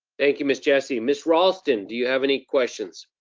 thank you, miss jessie. miss raulston, do you have any questions?